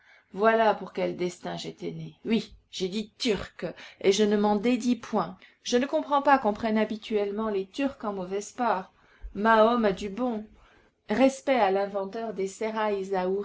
voilà pour quels destins j'étais né oui j'ai dit turc et je ne m'en dédis point je ne comprends pas qu'on prenne habituellement les turcs en mauvaise part mahom a du bon respect à l'inventeur des